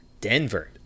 Denver